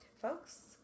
Folks